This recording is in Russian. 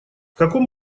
каком